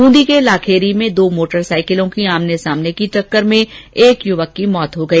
बूंदी के लाखेरी में दो मोटरसाइकिलों की आमने सामने की टक्कर में एक युवक की मौत हो गई